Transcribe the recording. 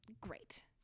great